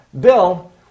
Bill